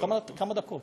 כמה דקות